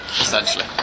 Essentially